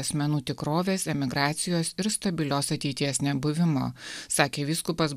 asmenų tikrovės emigracijos ir stabilios ateities nebuvimo sakė vyskupas